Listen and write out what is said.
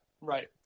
right